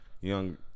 young